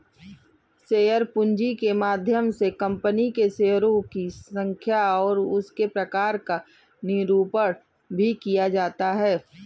share पूंजी के माध्यम से कंपनी के शेयरों की संख्या और उसके प्रकार का निरूपण भी किया जाता है